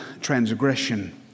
transgression